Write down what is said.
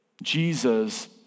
Jesus